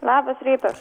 labas rytas